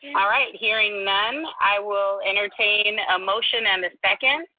all right. hearing none. i will entertain a motion and a second.